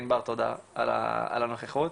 ענבר תודה על הנוכחות,